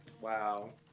Wow